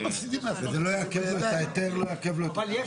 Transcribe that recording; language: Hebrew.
לא על זה